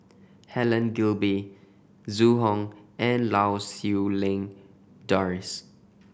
Helen Gilbey Zhu Hong and Lau Siew Lang Doris